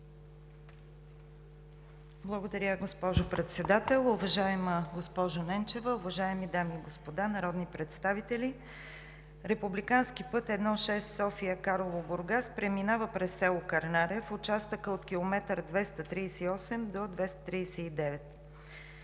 Благодаря, госпожо Председател. Уважаема госпожо Ненчева, уважаеми дами и господа народни представители! Републикански път I-6 София – Карлово – Бургас преминава през село Кърнаре в участъка от километър 238 до 239.